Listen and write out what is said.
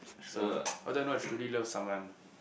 so how do I know I truly love someone